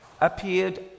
appeared